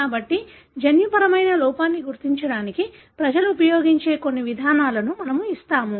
కాబట్టి జన్యుపరమైన లోపాన్ని గుర్తించడానికి ప్రజలు ఉపయోగించే కొన్ని విధానాలను మనము ఇస్తాము